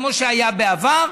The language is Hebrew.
כמו שהיה בעבר,